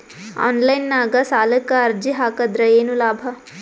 Online ನಾಗ್ ಸಾಲಕ್ ಅರ್ಜಿ ಹಾಕದ್ರ ಏನು ಲಾಭ?